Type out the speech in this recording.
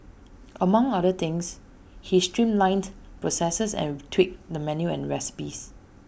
among other things he streamlined processes and tweaked the menu and recipes